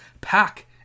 Pack